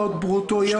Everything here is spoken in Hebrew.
שעות ברוטו.